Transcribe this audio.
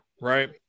right